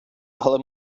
але